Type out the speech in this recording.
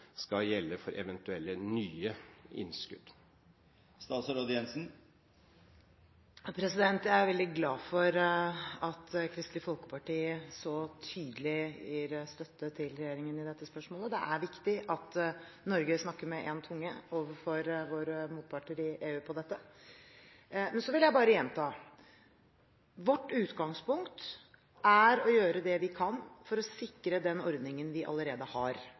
for eventuelle nye innskudd? Jeg er veldig glad for at Kristelig Folkeparti så tydelig gir støtte til regjeringen i dette spørsmålet. Det er viktig at Norge snakker med én tunge overfor våre motparter i EU om dette. Så vil jeg bare gjenta: Vårt utgangspunkt er å gjøre det vi kan, for å sikre den ordningen vi allerede har.